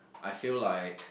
I feel like